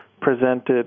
presented